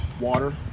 water